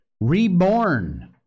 reborn